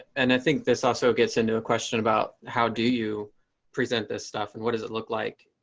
and i think this also gets into a question about how do you present this stuff and what does it look like,